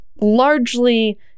largely